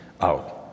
out